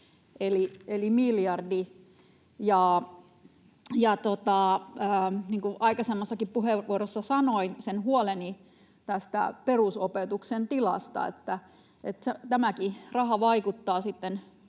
eli miljardi, ja niin kuin aikaisemmassakin puheenvuorossa sanoin sen huoleni perusopetuksen tilasta, tämäkin raha vaikuttaa